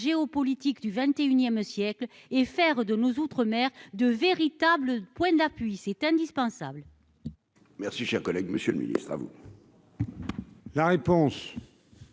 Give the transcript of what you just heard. géopolitique du XXIe siècles et faire de nos outre-mer de véritables points d'appui, c'est indispensable.